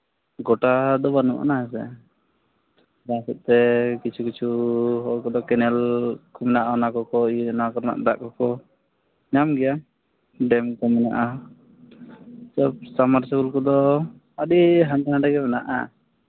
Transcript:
ᱜᱳᱴᱟ ᱫᱚ ᱵᱟᱹᱱᱩᱜ ᱟᱱᱟ ᱦᱮᱸ ᱥᱮ ᱚᱱᱟ ᱦᱚᱛᱮᱡ ᱛᱮ ᱠᱤᱪᱷᱩ ᱠᱤᱪᱷᱩ ᱦᱚᱲ ᱠᱚᱫᱚ ᱠᱮᱱᱮᱞ ᱠᱷᱚᱱᱟᱜ ᱚᱱᱟ ᱠᱚᱠᱚ ᱚᱱᱟ ᱠᱚᱨᱮᱱᱟᱜ ᱫᱟᱜ ᱠᱚᱠᱚ ᱧᱟᱢ ᱜᱮᱭᱟ ᱰᱮᱢ ᱠᱚ ᱢᱮᱱᱟᱜᱼᱟ ᱥᱟᱵ ᱢᱟᱨᱥᱟᱞ ᱠᱚᱫᱚ ᱟᱹᱰᱤ ᱦᱟᱸᱰᱮ ᱱᱟᱰᱮ ᱜᱮ ᱢᱮᱱᱟᱜᱼᱟ